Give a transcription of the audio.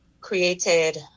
created